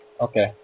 Okay